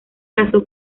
casó